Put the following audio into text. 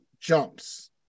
jumps